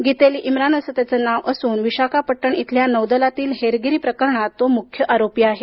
गीतेली इम्रान असं त्याचं नाव असून विशाखापट्टण इथल्या नौदलातील हेरगिरी प्रकरणात ही तो मुख्य आरोपी आहे